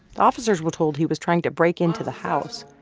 the officers were told he was trying to break into the house.